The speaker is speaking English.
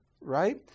right